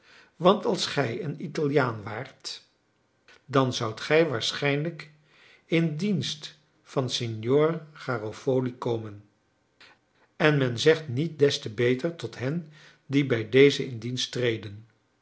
want als gij een italiaan waart dan zoudt gij waarschijnlijk in dienst van signor garofoli komen en men zegt niet des te beter tot hen die bij dezen in dienst treden